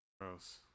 Gross